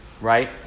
Right